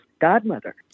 godmother